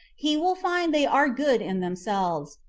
he will find they are good in themselves,